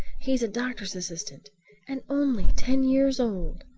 he's a doctor's assistant and only ten years old!